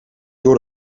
door